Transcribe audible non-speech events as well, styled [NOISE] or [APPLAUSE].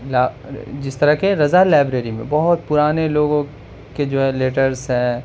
[UNINTELLIGIBLE] جس طرح کہ رضا لائبریری میں بہت پرانے لوگوں کے جو ہے لیٹرس ہیں